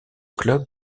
club